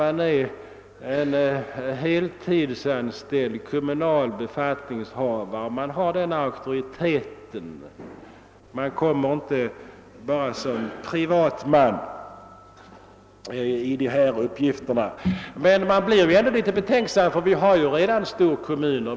En sådan får då en viss auktoritet i egenskap av tjänsteman och kommer inte som privatman för att handha dessa uppgifter. Men man blir ändå betänksam, ty vi har ju redan storkommuner.